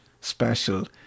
special